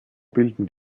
bilden